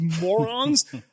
morons